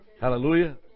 Hallelujah